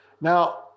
Now